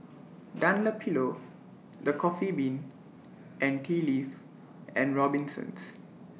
Dunlopillo The Coffee Bean and Tea Leaf and Robinsons